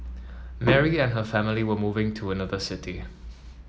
Mary and her family were moving to another city